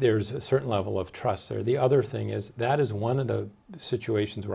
there's a certain level of trust or the other thing is that is one of the situations where i